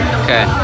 okay